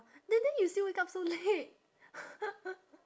then then you still wake up so late